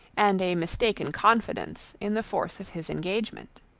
and a mistaken confidence in the force of his engagement.